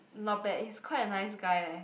not bad he's quite a nice guy leh